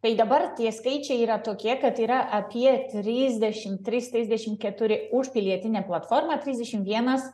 tai dabar tie skaičiai yra tokie kad yra apie trisdešim trys trisdešim keturi už pilietinę platformą trisdešim vienas